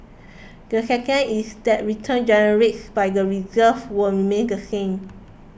the second is that returns generates by the reserves will remain the same